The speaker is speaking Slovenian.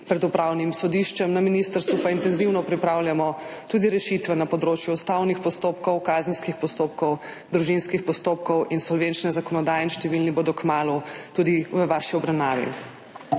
pred upravnim sodiščem, na ministrstvu pa intenzivno pripravljamo tudi rešitve na področju ustavnih postopkov, kazenskih postopkov, družinskih postopkov, insolvenčne zakonodaje in številne bodo kmalu tudi v vaši obravnavi.